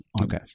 Okay